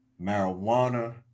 Marijuana